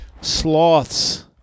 sloths